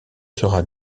sera